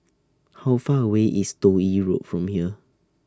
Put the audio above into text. How Far away IS Toh Yi Road from here